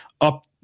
up